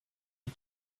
est